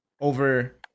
over